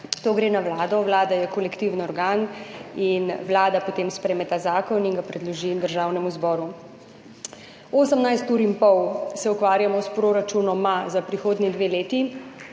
to gre na Vlado, Vlada je kolektivni organ in Vlada potem sprejme ta zakon in ga predloži Državnemu zboru. 18 ur in pol se ukvarjamo s proračunoma za prihodnji dve leti,